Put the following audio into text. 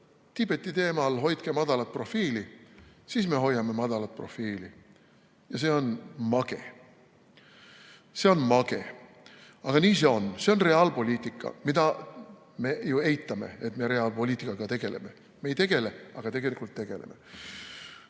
Tiibeti teemal hoidke madalat profiili, siis me hoiame madalat profiili. Ja see on mage. See on mage! Aga nii see on, see on reaalpoliitika. Me eitame, et me reaalpoliitikaga tegeleme, ja ütleme, et me ei tegele,